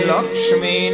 Lakshmi